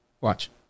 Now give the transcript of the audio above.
Watch